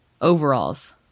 overalls